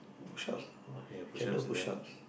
push ups ah can do push ups